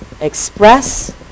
express